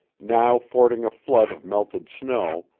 now fording a flood of melted snow,